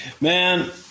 Man